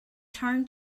turn